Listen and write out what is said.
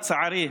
לצערי,